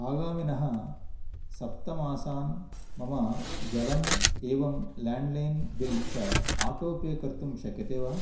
आगामिनः सप्त मासान् मम जलम् एवंं ल्याण्ड्लैन् बिल् च आटो पे कर्तुं शक्यते वा